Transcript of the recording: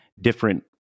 different